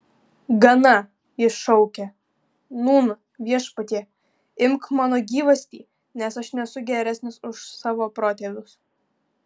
gana jis šaukė nūn viešpatie imk mano gyvastį nes aš nesu geresnis už savo protėvius